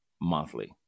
monthly